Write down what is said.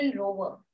rover